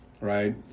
right